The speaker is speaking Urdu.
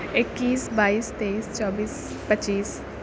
اکیس بائیس تئیس چوبیس پچیس